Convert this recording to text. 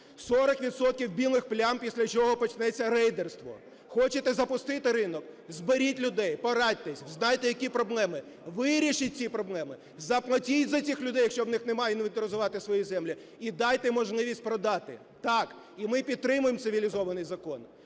білих плям, після чого почнеться рейдерство. Хочете запустити ринок, зберіть людей, порадьтесь, взнайте, які проблеми, вирішить ці проблеми, заплатіть за цих людей, якщо в них немає інвентаризувати свої землі, і дайте можливість продати. Так, і ми підтримаємо цивілізований закон.